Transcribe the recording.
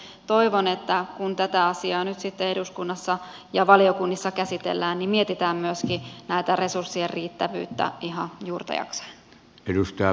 joten toivon että kun tätä asiaa nyt sitten eduskunnassa ja valiokunnissa käsitellään niin mietitään myöskin resurssien riittävyyttä ihan juurta jaksaen